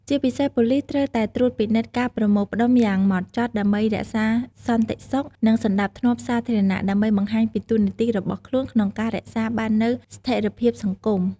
ជាពិសេស ប៉ូលិសត្រូវតែត្រួតពិនិត្យការប្រមូលផ្ដុំយ៉ាងម៉ត់ចត់ ដើម្បីរក្សាសន្តិសុខ និងសណ្តាប់ធ្នាប់សាធារណៈ ដើម្បីបង្ហាញពីតួនាទីរបស់ខ្លួនក្នុងការរក្សាបាននូវស្ថេរភាពសង្គម។